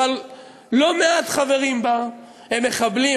אבל לא מעט חברים בה הם מחבלים.